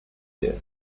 here